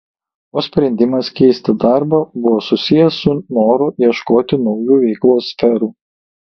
o sprendimas keisti darbą buvo susijęs su noru ieškoti naujų veiklos sferų